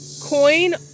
coin